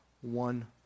one